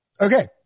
Okay